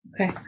okay